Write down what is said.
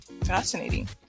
fascinating